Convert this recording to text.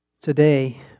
Today